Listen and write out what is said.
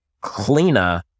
cleaner